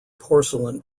porcelain